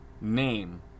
name